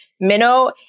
Minnow